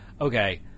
Okay